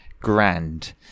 grand